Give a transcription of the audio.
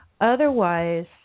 Otherwise